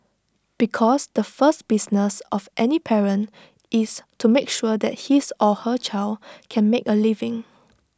because the first business of any parent is to make sure that his or her child can make A living